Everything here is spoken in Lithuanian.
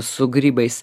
su grybais